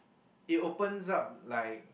it opens up like